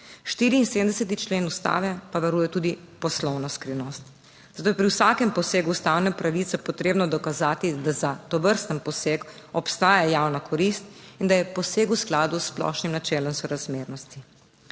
74. člen Ustave pa varuje tudi poslovno skrivnost. Zato je pri vsakem posegu v ustavne pravice potrebno dokazati, da za tovrsten poseg obstaja javna korist in da je poseg v skladu s splošnim načelom sorazmernosti.